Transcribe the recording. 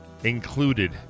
Included